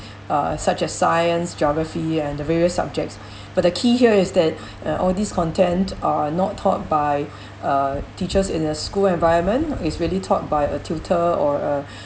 uh such as science geography and various subjects but the key here is that uh all these content are not taught by uh teachers in the school environment is really taught by a tutor or